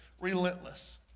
relentless